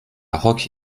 roque